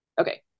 Okay